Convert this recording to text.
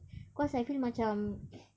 cause I feel macam